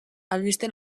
albiste